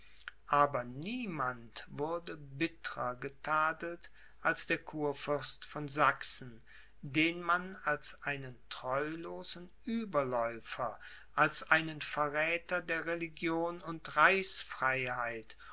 aber niemand wurde bittrer getadelt als der kurfürst von sachsen den man als einen treulosen ueberläufer als einen verräther der religion und